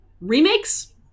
remakes